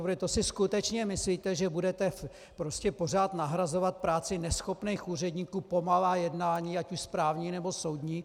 To si skutečně myslíte, že budete pořád nahrazovat práci neschopných úředníků, pomalá jednání ať už správní, nebo soudní?